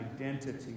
identity